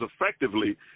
effectively